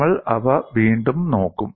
നമ്മൾ അവ വീണ്ടും നോക്കും